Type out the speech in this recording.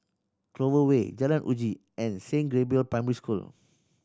Clover Way Jalan Uji and Saint Gabriel's Primary School